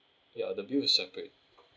ya the bill is separate